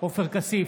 עופר כסיף,